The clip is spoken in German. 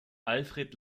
alfred